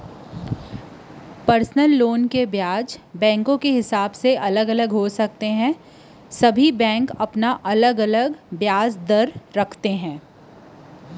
personal loan के बियाज ह अलग अलग बैंक के अलग अलग हो सकत हे